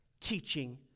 teaching